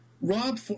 Rob